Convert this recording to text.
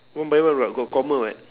one by one [what] got comma [what]